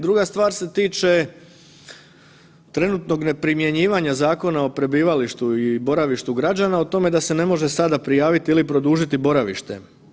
Druga stvar je, druga stvar se tiče trenutnog neprimjenjivanju Zakona o prebivalištu i boravištu građana o tome da se ne može sada prijaviti ili produžiti boravište.